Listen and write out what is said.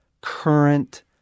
current